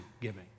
giving